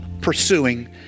pursuing